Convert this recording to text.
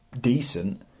decent